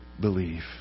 believe